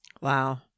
Wow